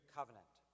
Covenant